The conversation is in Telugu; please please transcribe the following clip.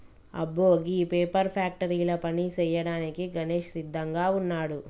అబ్బో గీ పేపర్ ఫ్యాక్టరీల పని సేయ్యాడానికి గణేష్ సిద్దంగా వున్నాడు